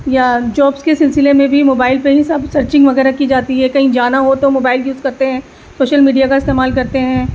یا جوبس کے سلسلے میں بھی موبائل پہ ہی سب سرچنگ وغیرہ کی جاتی ہے کہیں جانا ہو تو موبائل یوز کرتے ہیں سوشل میڈیا کا استعمال کرتے ہیں